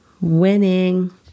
Winning